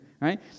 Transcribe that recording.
right